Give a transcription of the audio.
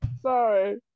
Sorry